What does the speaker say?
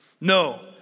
No